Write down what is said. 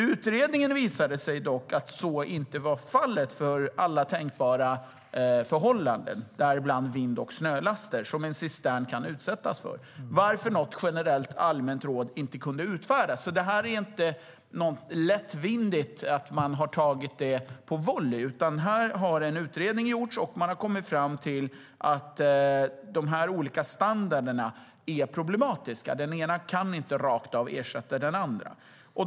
Utredningen visade dock att så inte var fallet för alla tänkbara förhållanden, däribland vind och snölaster, som en cistern kan utsättas för, varför något generellt allmänt råd inte kunde utfärdas. Detta är alltså inte något som man har gjort lättvindigt och som man har tagit på volley, utan här har en utredning gjorts, och man har kommit fram till att de olika standarderna är problematiska. Den ena kan inte rakt av ersätta den andra.